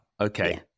Okay